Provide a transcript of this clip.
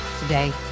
Today